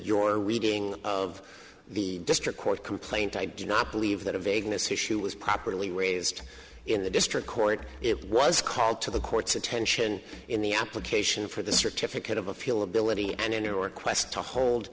reading of the district court complaint i do not believe that a vagueness issue was properly raised in the district court it was called to the court's attention in the application for the certificate of appeal ability and in your quest to hold